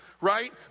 right